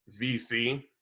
VC